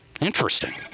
Interesting